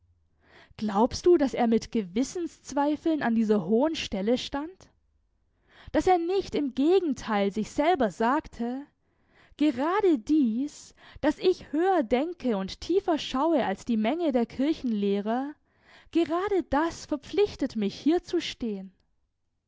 glaubst du daß er mit gewissenszweifeln an dieser hohen stelle stand daß er nicht im gegenteil sich selber sagte gerade dies daß ich höher denke und tiefer schaue als die menge der kirchenlehrer gerade das verpflichtet mich hier zu stehen